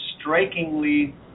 strikingly